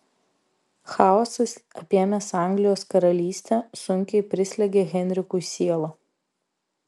chaosas apėmęs anglijos karalystę sunkiai prislegia henrikui sielą